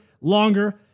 longer